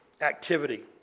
activity